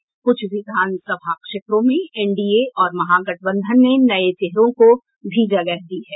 कुछ विधान सभा क्षेत्रों में एनडीए और महागठबंधन ने नये चेहरों को भी जगह दी है